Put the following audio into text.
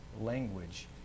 language